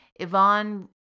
Ivan